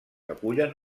acullen